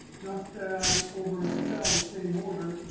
just as over in excel, the same order,